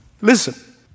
Listen